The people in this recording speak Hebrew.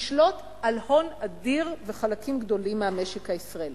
יכולת לשלוט על הון אדיר וחלקים גדולים מהמשק הישראלי.